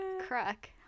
Crack